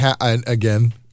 again